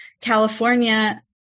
California